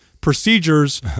procedures